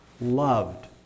loved